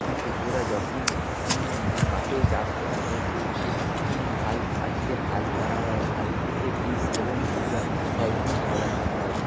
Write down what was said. কৃষকরা যখন মাঠে চাষ করা হয় সেইটি হাল ফার্স্টে হাল করা হয় হাল থেকে বিষ এবং ইউরিয়া সবরকমই ছড়াতে হয়